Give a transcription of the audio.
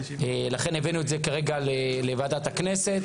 לכן הבאנו את זה לדיון בוועדת הכנסת.